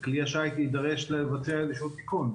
וכלי השיט יידרש לבצע איזשהו תיקון,